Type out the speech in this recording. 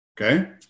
Okay